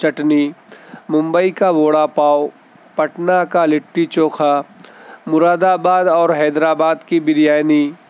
چٹنی ممبئی کا وڑا پاؤ پٹنہ کا لٹّی چوکھا مرادآباد اور حیدرآباد کی بریانی